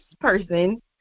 person